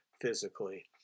physically